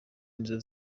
nizo